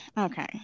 Okay